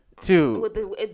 Two